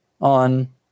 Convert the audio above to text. on